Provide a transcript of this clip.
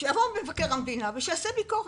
אני מציעה שמבקר המדינה יעשה ביקורת.